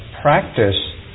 practice